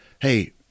Hey